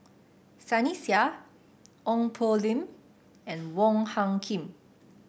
Sunny Sia Ong Poh Lim and Wong Hung Khim